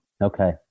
Okay